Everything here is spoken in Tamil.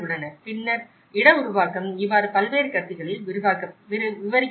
பின்னர் இட உருவாக்கம் இவ்வாறு பல்வேறு கருத்துகளில் விவரிக்கப்பட்டுள்ளது